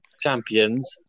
champions